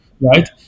right